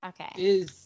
Okay